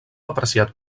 apreciat